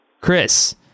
Chris